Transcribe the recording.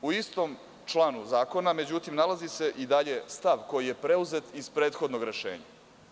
U istom članu zakona nalazi se i dalje stav, koji je preuzet iz prethodnog rešenja.